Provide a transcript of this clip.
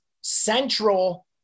central